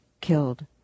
killed